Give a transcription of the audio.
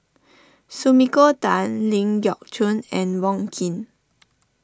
Sumiko Tan Ling Geok Choon and Wong Keen